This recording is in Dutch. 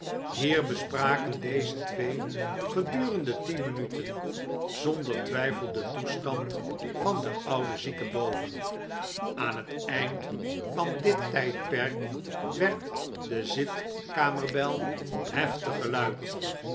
hier bespraken deze twee gedurende tien minuten zonder twijfel den toestand van de oude zieke boven aan het eind van dit tijdperk werd de zitkamerbel heftig geluid